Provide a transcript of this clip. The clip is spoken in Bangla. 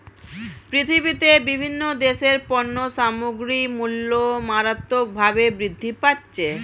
পৃথিবীতে বিভিন্ন দেশের পণ্য সামগ্রীর মূল্য মারাত্মকভাবে বৃদ্ধি পাচ্ছে